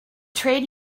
trade